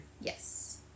Yes